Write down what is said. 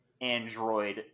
android